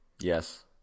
Yes